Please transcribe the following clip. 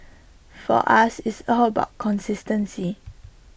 for us it's all about consistency